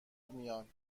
میان